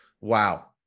Wow